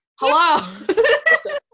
hello